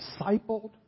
discipled